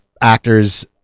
actors